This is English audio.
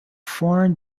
foreign